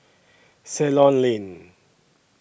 Ceylon Lane